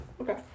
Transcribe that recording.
Okay